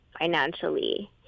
financially